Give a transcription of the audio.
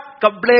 complain